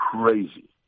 crazy